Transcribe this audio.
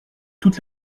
toute